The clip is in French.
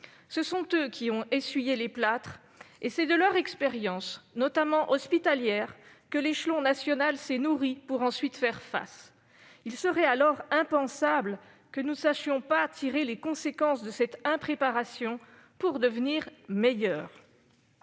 Ce sont eux qui ont essuyé les plâtres et c'est de leur expérience, notamment hospitalière, que l'échelon national s'est nourri pour ensuite faire face. Il serait impensable que nous ne sachions tirer les conséquences de cette impréparation pour devenir meilleurs.